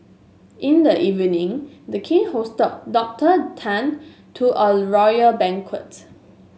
in the evening the king hosted Doctor Tan to a royal banquet